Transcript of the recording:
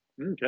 Okay